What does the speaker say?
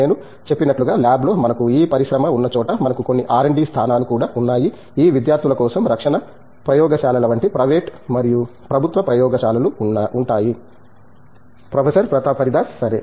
నేను చెప్పినట్లు గా ల్యాబ్లో మనకు ఈ పరిశ్రమ ఉన్నచోట మనకు కొన్ని RD స్థానాలు కూడా ఉన్నాయి ఈ విద్యార్థుల కోసం రక్షణ ప్రయోగశాలల వంటి ప్రైవేట్ మరియు ప్రభుత్వ ప్రయోగశాలలు ఉంటాయి ప్రొఫెసర్ ప్రతాప్ హరిదాస్ సరే